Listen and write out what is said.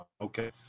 Okay